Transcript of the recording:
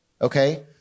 okay